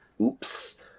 Oops